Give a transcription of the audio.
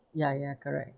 ya ya correct